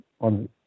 on